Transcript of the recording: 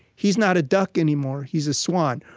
he's not a duck anymore. he's a swan.